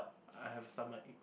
I have stomachache